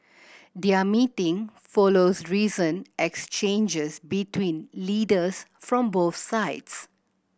their meeting follows recent exchanges between leaders from both sides